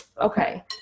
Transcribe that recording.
okay